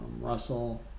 Russell